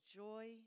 joy